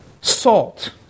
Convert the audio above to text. Salt